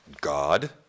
God